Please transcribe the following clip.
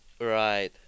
right